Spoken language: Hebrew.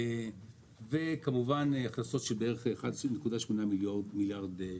ההכנסות הן בערך 11.8 מיליארד שקל.